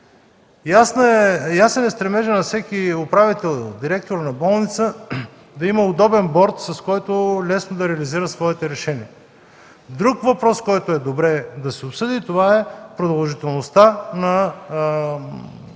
Ясен е стремежът на всеки управител и директор на болница да има удобен борд, с който лесно да реализира своите решения. Друг въпрос, който е добре да се обсъди, е за продължителността на